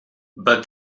but